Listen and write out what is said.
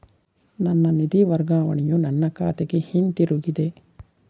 ನನ್ನ ನಿಧಿ ವರ್ಗಾವಣೆಯು ನನ್ನ ಖಾತೆಗೆ ಹಿಂತಿರುಗಿದೆ